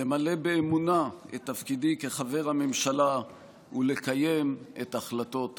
למלא באמונה את תפקידי כחבר הממשלה ולקיים את החלטות הכנסת.